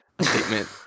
statement